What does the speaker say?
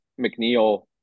McNeil